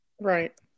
Right